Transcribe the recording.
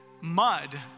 mud